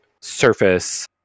surface